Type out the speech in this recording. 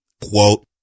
Quote